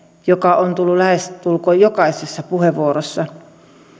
joka on tullut lähestulkoon jokaisessa puheenvuorossa